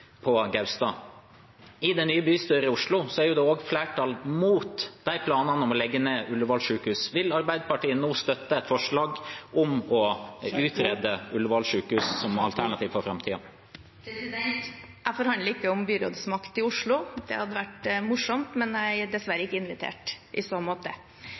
på Gaustad. I det nye bystyret i Oslo er det flertall mot planene om å legge ned Ullevål sykehus. Vil Arbeiderpartiet nå støtte et forslag om å utrede Ullevål sykehus som alternativ for framtiden? Jeg forhandler ikke om byrådsmakt i Oslo. Det hadde vært morsomt, men jeg er dessverre ikke invitert i så måte.